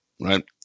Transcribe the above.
Right